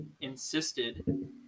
insisted